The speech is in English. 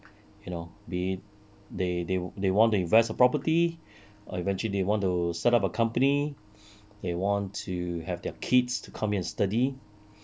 you know be it they they they want to invest property or eventually they want to set up a company they want to have their kids to come here to study